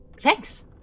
Thanks